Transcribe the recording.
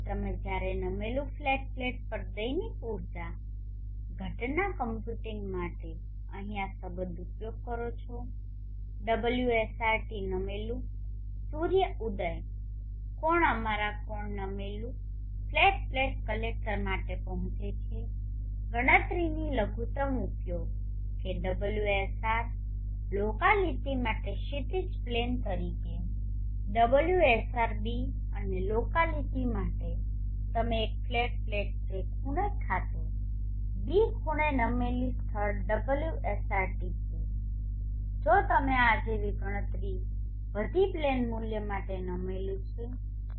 તેથીતમે જ્યારે નમેલું flat plate પર દૈનિક ઊર્જા ઘટના કમ્પ્યુટિંગ માટે અહીં આ સંબંધ ઉપયોગ કરો છો ωsrt નમેલું સૂર્ય ઉદય કોણ અમારા કોણ નમેલું ફ્લેટ પ્લેટ કલેક્ટર માટે પહોંચે છે ગણતરીની લઘુત્તમ ઉપયોગ કે ωSR લોકાલીટી માટે ક્ષિતિજ પ્લેન તરીકે ωsrß અને લોકાલીટી માટે તમે એક ફ્લેટ પ્લેટ જે ખૂણો ખાતે ß ખૂણે નમેલી સ્થળ ωSRT છે જો તમે આ જેવી ગણતરી વધી પ્લેન મૂલ્ય માટે નમેલું છે છે